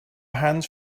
hands